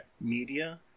media